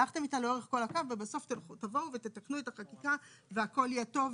הלכתם איתה לאורך כל הקו ובסוף תבואו ותתקנו את החקיקה והכול יהיה טוב.